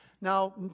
Now